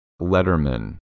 Letterman